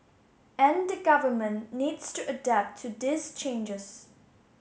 and the government needs to adapt to these changes